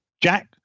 Jack